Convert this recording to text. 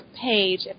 page